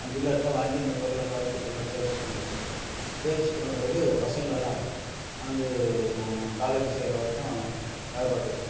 அந்த டீலர்கிட்ட வாங்கி இந்த பொருள்லாம் பர்னிச்சர் பொருள்லாம் சேல்ஸ் பண்ணுறது சேல்ஸ் பண்ண பிறகு பசங்களை எல்லாம் வந்து நாங்கள் காலேஜி சேர்கிற வரைக்கும் வேலை பார்த்துகிட்ருந்தோம்